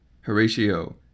Horatio